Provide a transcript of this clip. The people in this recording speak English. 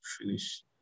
finish